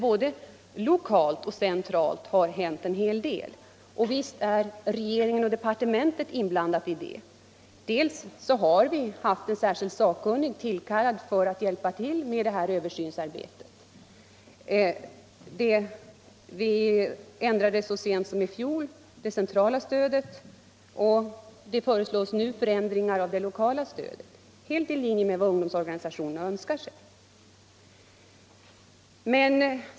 Både lokalt och centralt har det hänt en hel del. Och visst är regeringen och departementet inblandade i det. Vi har haft en sakkunnig tillkallad för att hjälpa till med översynsarbetet. Så sent som i fjol ändrade vi det centrala stödet, och nu föreslås förändringar i det lokala stödet, helt i linje med vad ungdomsorganisationerna önskar.